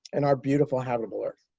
and our beautiful, habitable earth.